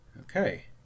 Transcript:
Okay